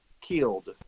killed